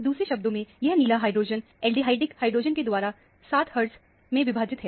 दूसरे शब्दों में यह नीला हाइड्रोजन एल्डिहाइडिक हाइड्रोजन के द्वारा 7 हर्टज में विभाजित है